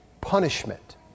punishment